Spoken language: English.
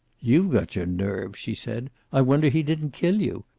you've got your nerve, she said. i wonder he didn't kill you.